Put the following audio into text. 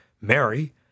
Mary